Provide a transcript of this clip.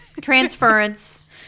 transference